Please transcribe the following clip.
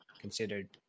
considered